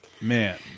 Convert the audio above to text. Man